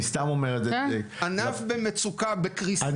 אני סתם אומר את זה --- הענף במצוקה בקריסה.